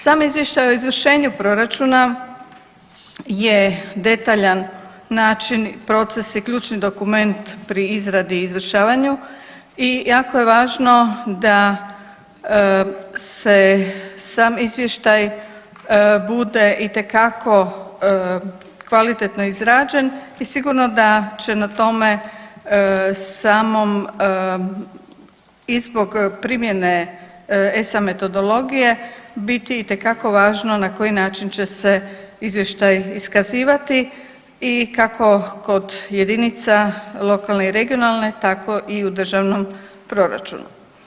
Sam izvještaj o izvršenju proračuna je detaljan način proces i ključni dokument pri izradi i izvršavanju i jako je važno da se sam izvještaj bude itekako kvalitetno izrađen i sigurno da će na tome samom i zbog primjene ESA metodologije biti itekako važno na koji način će se izvještaj iskazivati i kako kod jedinica lokalne i regionalne tako i u državnom proračunu.